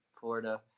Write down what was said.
florida